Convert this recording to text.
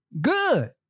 good